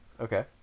Okay